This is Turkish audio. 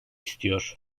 istiyor